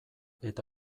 eta